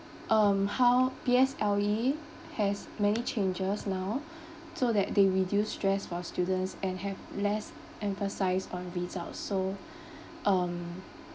um how P_S_L_E has many changes now so that they reduce stress for students and have less emphasize on result so um